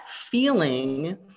feeling